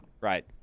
right